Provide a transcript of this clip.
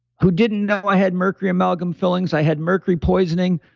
who didn't know i had mercury amalgam fillings, i had mercury poisoning,